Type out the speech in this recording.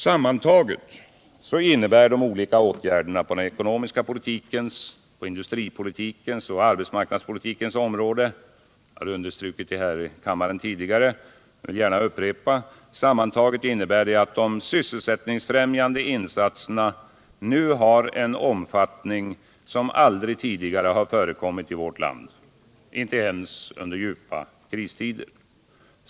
Sammantaget innebär de olika åtgärderna på den ekonomiska politikens, industripolitikens och arbetsmarknadspolitikens område —- som jag understrukit häri kammaren tidigare — att de sysselsättningsfrämjande insatserna nu har en omfattning som aldrig tidigare förekommit i vårt land, inte ens under djupa kristider.